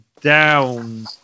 down